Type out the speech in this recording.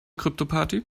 kryptoparty